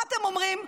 מה אתם אומרים?